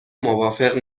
موافق